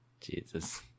Jesus